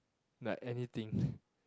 like anything